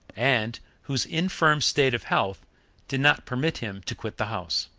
and whose infirm state of health did not permit him to quit the house.